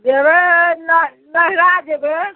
जेबय नह नहिरा जेबय